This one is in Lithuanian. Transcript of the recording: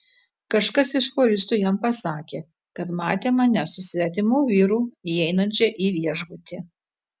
kažkas iš choristų jam pasakė kad matė mane su svetimu vyru įeinančią į viešbutį